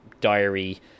diary